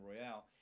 Royale